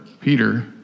Peter